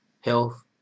health